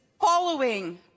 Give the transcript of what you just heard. following